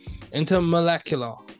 intermolecular